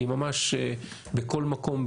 היא ממש בכל מקום,